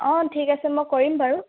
অ ঠিক আছে মই কৰিম বাৰু